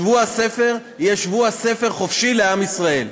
שבוע הספר יהיה שבוע הספר חופשי לעם ישראל.